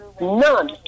None